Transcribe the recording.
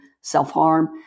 self-harm